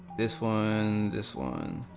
this one this one